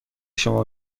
شما